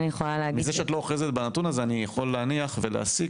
מזה שאת לא אוחזת בנתון הזה אני יכול להניח ולהסיק